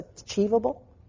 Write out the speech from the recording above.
achievable